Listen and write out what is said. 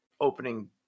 opening